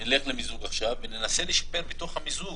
-- נלך למיזוג עכשיו וננסה בתוך המיזוג